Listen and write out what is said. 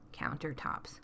countertops